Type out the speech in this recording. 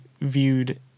viewed